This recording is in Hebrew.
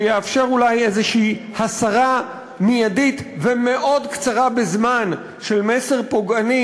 שיאפשר אולי איזו הסרה מיידית ובזמן מאוד קצר של מסר פוגעני,